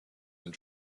and